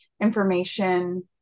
information